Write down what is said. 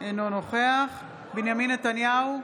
אינו נוכח בנימין נתניהו,